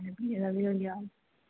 ते फ्ही एह्दा बी होई जाह्ग